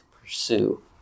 pursue